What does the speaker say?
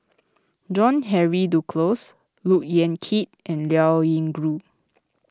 John Henry Duclos Look Yan Kit and Liao Yingru